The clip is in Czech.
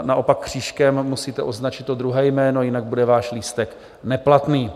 Naopak křížkem musíte označit to druhé jméno, jinak bude váš lístek neplatný.